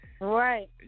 Right